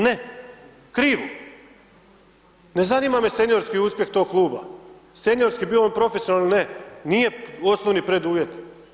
Ne, krivo, ne zanima me seniorski uspjeh tog kluba, seniorski bio on profesionalan ili ne, nije osnovni preduvjet.